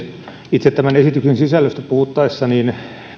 itse tämän esityksen sisällöstä puhuttaessa niin